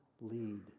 lead